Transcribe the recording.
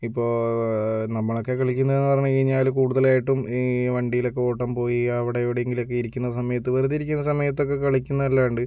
ഇപ്പോൾ നമ്മളൊക്കെ കളിക്കുന്ന എന്ന് പറഞ്ഞു കഴിഞ്ഞാല് കൂടുതലായിട്ടും ഈ വണ്ടീലൊക്കെ ഓട്ടം പോയി അവിടെ ഇവിടെ എങ്കിലും ഒക്കെ ഇരിക്കുന്ന സമയത്ത് വെറുതെ ഇരിക്കുന്ന സമയത്തൊക്കെ കളിക്കുന്നതല്ലാണ്ട്